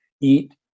eat